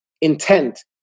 Intent